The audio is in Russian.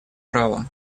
права